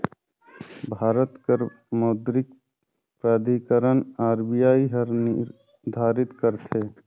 भारत कर मौद्रिक प्राधिकरन आर.बी.आई हर निरधारित करथे